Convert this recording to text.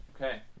Okay